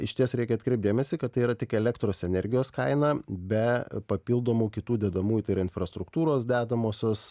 išties reikia atkreipt dėmesį kad tai yra tik elektros energijos kaina be papildomų kitų dedamųjų tai yra infrastruktūros dedamosios